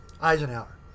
Eisenhower